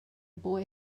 boy